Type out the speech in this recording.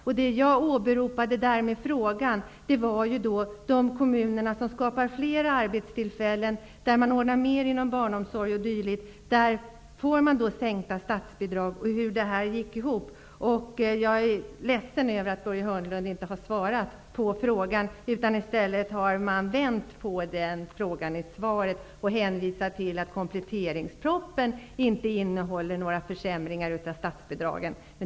Det som jag åberopade i min fråga var att de kommuner som skapar fler arbetstillfällen och som ordnar mer inom barnomsorg o.d. får sänkningar av statsbidragen. Jag undrade hur detta går ihop. Jag är alltså ledsen över att inte Börje Hörnlund har svarat på min fråga. Man har i svaret i stället vänt på den och hänvisar till att kompletteringspropositionen inte innehåller några försämringar av statsbidragen.